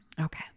Okay